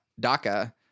DACA